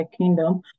Kingdom